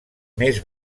més